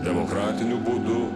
demokratiniu būdu